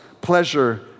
pleasure